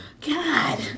God